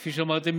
כפי שאמרתי,